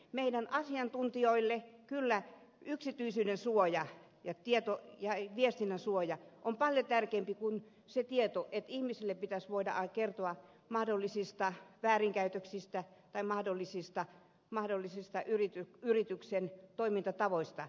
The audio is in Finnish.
meidän asiantuntijoillemme kyllä yksityisyyden suoja ja viestinnän suoja on paljon tärkeämpi kuin se että ihmisille pitäisi voida kertoa mahdollisista väärinkäytöksistä tai mahdollisista yrityksen toimintatavoista